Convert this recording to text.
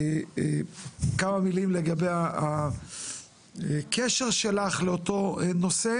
כמה מילים לגבי הקשר שלך לאותו נושא,